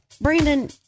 Brandon